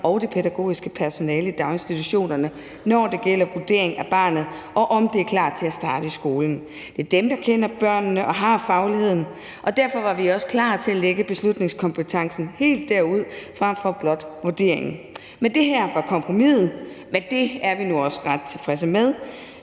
og det pædagogiske personale i daginstitutionerne, når det gælder en vurdering af barnet og af, om det er klar til at starte i skolen. Det er dem, der kender børnene og har fagligheden, og derfor var vi også klar til at lægge beslutningskompetencen helt derud frem for blot vurderingen. Men det her var kompromiset; det er vi nu også ret tilfredse med.